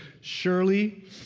Surely